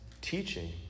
teaching